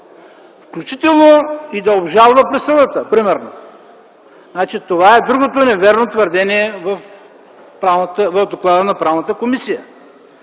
включително и да обжалва присъдата, примерно. Това е другото невярно твърдение в доклада на Правната комисия.